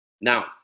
Now